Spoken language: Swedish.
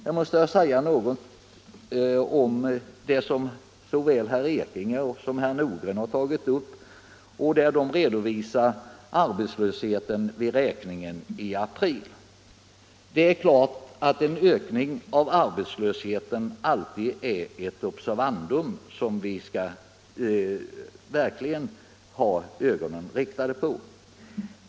Jag måste säga något om vad herrar Ekinge och Nordgren tog upp när de redovisade arbetslösheten vid räkningen i april. Det är klart att en ökning av arbetslösheten alltid är ett observandum.